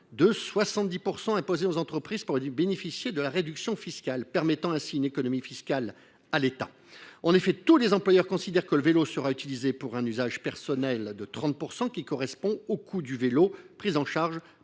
de 70 % imposée aux entreprises pour pouvoir bénéficier de la réduction fiscale, permettant ainsi une économie fiscale à l’État. En effet, tous les employeurs considèrent que le vélo sera utilisé pour un usage personnel à hauteur de 30 %, qui correspond au coût du vélo pris en charge